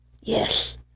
Yes